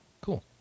Cool